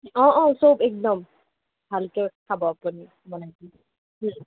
অঁ অঁ চব একদম ভালকৈ খাব আপুনি